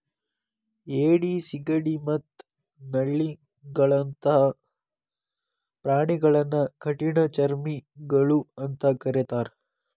ಏಡಿ, ಸಿಗಡಿ ಮತ್ತ ನಳ್ಳಿಗಳಂತ ಪ್ರಾಣಿಗಳನ್ನ ಕಠಿಣಚರ್ಮಿಗಳು ಅಂತ ಕರೇತಾರ